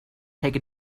take